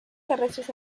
terrestres